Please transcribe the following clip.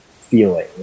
feeling